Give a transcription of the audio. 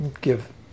give